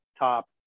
top